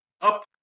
up